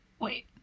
Wait